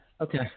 Okay